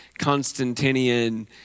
Constantinian